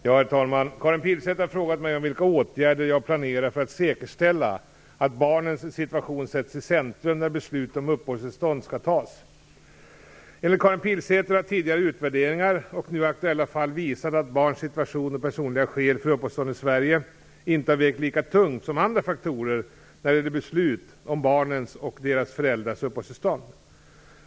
Herr talman! Karin Pilsäter har frågat mig vilka åtgärder jag planerar för att säkerställa att barnens situation sätts i centrum när beslut om uppehållstillstånd skall fattas. Enligt Karin Pilsäter har tidigare utvärderingar och nu aktuella fall visat att barns situation och personliga skäl för uppehållstillstånd i Sverige inte har vägt lika tungt som andra faktorer när det gäller beslut om barnens och deras föräldrars uppehållstillstånd.